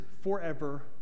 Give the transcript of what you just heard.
forever